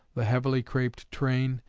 the heavily craped train,